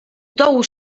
dołu